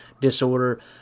disorder